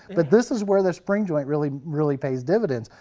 but this is where this spring joint really really pays dividends.